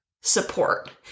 support